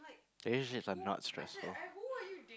relationships are not stressful